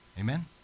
Amen